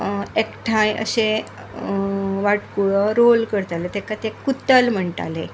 एकठांय अशे वाटकुळो रोल करताले ताका ते कुत्तल म्हणटाले